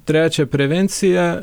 trečia prevencija